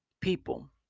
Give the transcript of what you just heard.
people